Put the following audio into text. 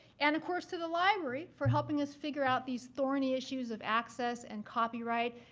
and of course, to the library for helping us figure out these thorny issues of access and copyright.